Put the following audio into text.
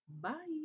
Bye